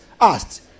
asked